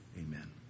Amen